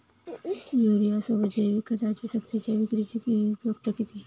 युरियासोबत जैविक खतांची सक्तीच्या विक्रीची उपयुक्तता किती?